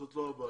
זאת לא הבעיה,